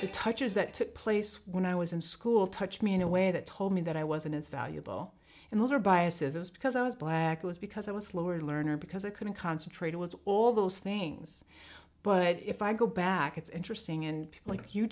that touches that took place when i was in school touch me in a way that told me that i wasn't as valuable and older bias as it was because i was black was because i was slower learner because i couldn't concentrate it was all those things but if i go back it's interesting and like you